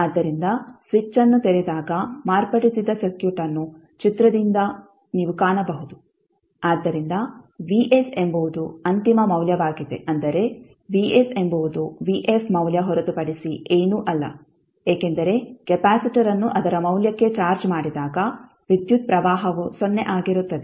ಆದ್ದರಿಂದ ಸ್ವಿಚ್ಅನ್ನು ತೆರೆದಾಗ ಮಾರ್ಪಡಿಸಿದ ಸರ್ಕ್ಯೂಟ್ ಅನ್ನು ಚಿತ್ರದಿಂದ ನೀವು ಕಾಣಬಹುದು ಆದ್ದರಿಂದ Vs ಎಂಬುದು ಅಂತಿಮ ಮೌಲ್ಯವಾಗಿದೆ ಅಂದರೆ Vs ಎಂಬುವುದು ಮೌಲ್ಯ ಹೊರತುಪಡಿಸಿ ಏನೂ ಅಲ್ಲ ಏಕೆಂದರೆ ಕೆಪಾಸಿಟರ್ಅನ್ನು ಅದರ ಮೌಲ್ಯಕ್ಕೆ ಚಾರ್ಜ್ ಮಾಡಿದಾಗ ವಿದ್ಯುತ್ ಪ್ರವಾಹವು ಸೊನ್ನೆ ಆಗಿರುತ್ತದೆ